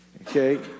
Okay